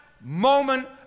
moment